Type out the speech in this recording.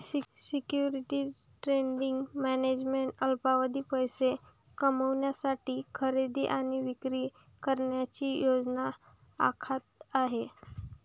securities trading management अल्पावधीत पैसे कमविण्यासाठी खरेदी आणि विक्री करण्याची योजना आखत आहे